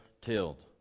tilled